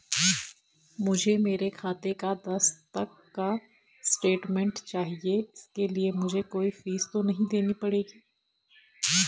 मुझे मेरे खाते का दस तक का स्टेटमेंट चाहिए इसके लिए मुझे कोई फीस तो नहीं पड़ेगी?